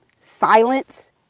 silence